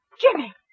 Jimmy